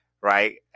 right